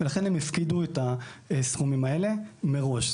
ולכן הם הפקידו את הסכומים האלה מראש.